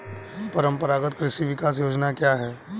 परंपरागत कृषि विकास योजना क्या है?